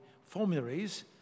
formularies